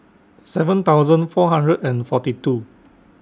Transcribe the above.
seven thousand four hundred and forty two